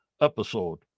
episode